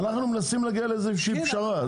אנחנו מנסים להגיע לאיזושהי פשרה,